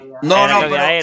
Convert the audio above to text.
no